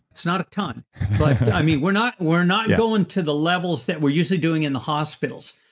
it's not a ton, but i mean we're not we're not going to the levels that we're usually doing in the hospitals.